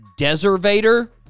Deservator